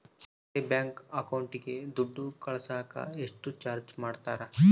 ಬೇರೆ ಬ್ಯಾಂಕ್ ಅಕೌಂಟಿಗೆ ದುಡ್ಡು ಕಳಸಾಕ ಎಷ್ಟು ಚಾರ್ಜ್ ಮಾಡತಾರ?